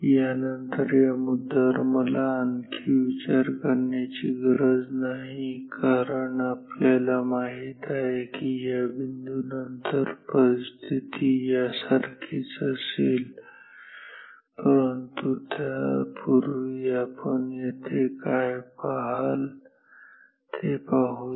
यानंतर या मुद्यावर मला आणखी विचार करण्याची गरज नाही कारण आपल्याला माहिती आहे की या बिंदूनंतर परिस्थिती या या सारखीच असेल परंतु त्यापूर्वी आपण येथे काय पहाल ते पाहूया